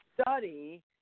study